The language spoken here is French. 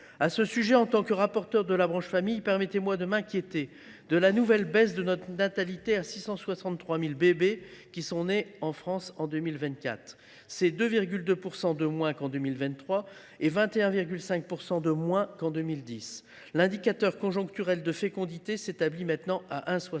ou famille. En tant que rapporteur pour cette dernière, permettez moi de m’inquiéter de la nouvelle baisse de notre natalité : 663 000 bébés sont nés en France en 2024, soit 2,2 % de moins qu’en 2023 et 21,5 % de moins qu’en 2010. L’indicateur conjoncturel de fécondité s’établit maintenant à 1,62.